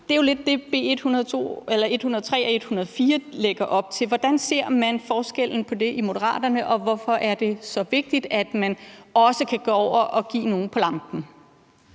Det er jo lidt det, som B 103 og B 104 lægger op til. Hvordan ser man på forskellen mellem de to ting i Moderaterne, og hvorfor er det så vigtigt, at man også kan gå over og give nogen en på lampen?